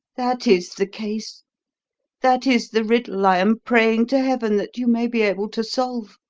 that is the case that is the riddle i am praying to heaven that you may be able to solve.